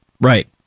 Right